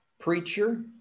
preacher